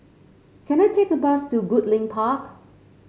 can I take a bus to Goodlink Park